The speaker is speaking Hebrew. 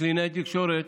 לקלינאית תקשורת,